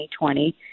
2020